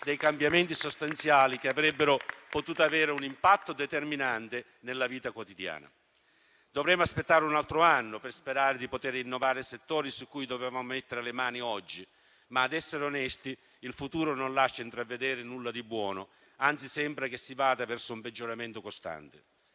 cambiamenti sostanziali, che avrebbero potuto avere un impatto determinante nella vita quotidiana. Dovremo aspettare un altro anno per sperare di poter innovare settori su cui dovevamo mettere le mani oggi, ma ad essere onesti il futuro non lascia intravedere nulla di buono; anzi, sembra che si vada verso un peggioramento costante.